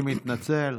אני מתנצל.